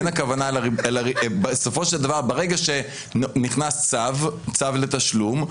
וברגע שנכנס צו לתשלום,